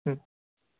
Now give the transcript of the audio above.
ம்